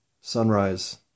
sunrise